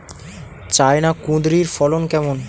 China কুঁদরীর ফলন কেমন?